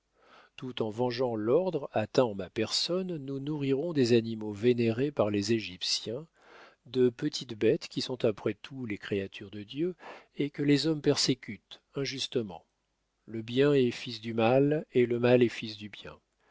tout en vengeant l'ordre atteint en ma personne nous nourrirons des animaux vénérés par les égyptiens de petites bêtes qui sont après tout les créatures de dieu et que les hommes persécutent injustement le bien est fils du mal et le mal est fils du bien